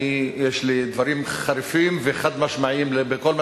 יש לי דברים חריפים וחד-משמעיים בכל מה